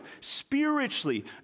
spiritually